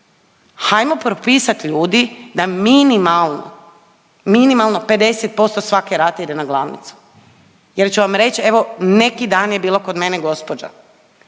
Hajmo propisati, ljudi, da minimalno, minimalno 50% svake rate ide na glavnicu jer ću vam reći, evo, neki dan je bila kod mene gospođa